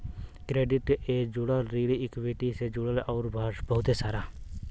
credit ए जुड़ल, ऋण इक्वीटी से जुड़ल अउर बहुते सारा